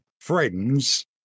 friends